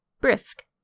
brisk